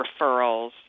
referrals